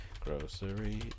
Grocery